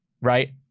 Right